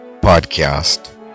podcast